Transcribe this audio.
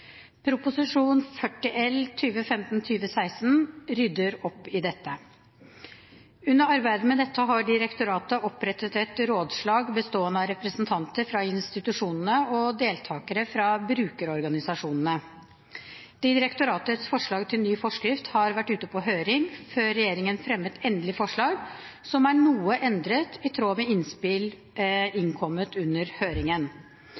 40 L for 2015–2016 rydder opp i dette. Under arbeidet med dette har direktoratet opprettet et rådslag bestående av representanter fra institusjonene og deltakere fra brukerorganisasjonene. Direktoratets forslag til ny forskrift har vært ute på høring, før regjeringen fremmet endelig forslag, som er noe endret i tråd med innspill innkommet under høringen.